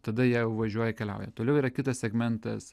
tada jei važiuoja keliauja toliau yra kitas segmentas